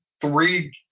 three